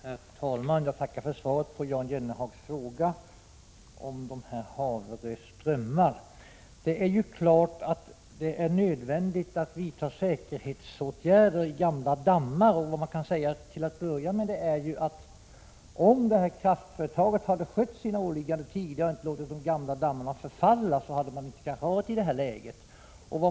Herr talman! Jag tackar för svaret på Jan Jennehags fråga om Haverö strömmar. Naturligtvis är det nödvändigt att vidta säkerhetsåtgärder vid gamla dammar. Men man kan till att börja med säga att om kraftföretaget skött sina åligganden tidigare och inte låtit de gamla dammarna förfalla, hade man kanske inte hamnat i det här läget.